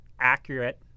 accurate